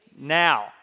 now